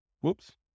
Whoops